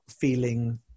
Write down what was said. feeling